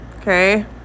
okay